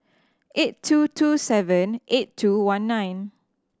eight two two seven eight two one nine